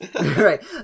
Right